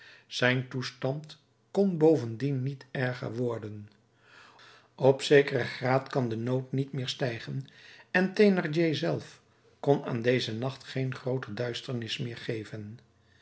zijn toestand kon bovendien niet erger worden op zekeren graad kan de nood niet meer stijgen en thénardier zelf kon aan dezen nacht geen grooter duisternis meer geven